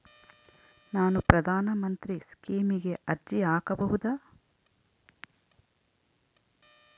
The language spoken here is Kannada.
ನಾನು ಪ್ರಧಾನ ಮಂತ್ರಿ ಸ್ಕೇಮಿಗೆ ಅರ್ಜಿ ಹಾಕಬಹುದಾ?